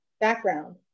background